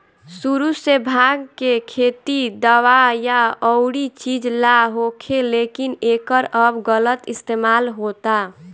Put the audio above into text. सुरु से भाँग के खेती दावा या अउरी चीज ला होखे, लेकिन एकर अब गलत इस्तेमाल होता